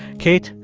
kate,